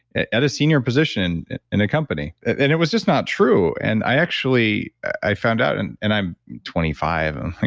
at at a senior position in a company. and it was just not true, and i actually, i found out. and and i'm twenty five, i'm like,